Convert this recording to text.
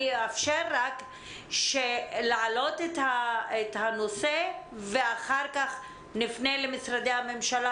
אני אאפשר להעלות את הנושא ואחר כך נפנה למשרדי הממשלה,